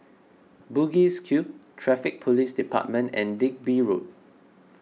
Bugis Cube Traffic Police Department and Digby Road